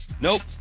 Nope